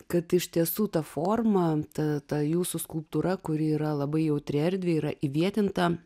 kad iš tiesų ta forma ta ta jūsų skulptūra kuri yra labai jautri erdvei yra įvietinta